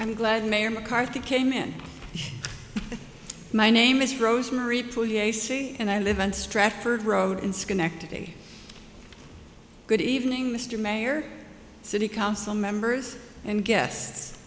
i'm glad mayor mccarthy came in my name is rosemarie to see and i live in stratford road in schenectady good evening mr mayor city council members and gues